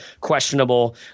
questionable